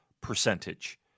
percentage